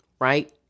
Right